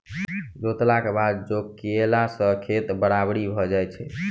जोतलाक बाद चौकियेला सॅ खेत बराबरि भ जाइत छै